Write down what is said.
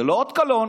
זה לא אות קלון.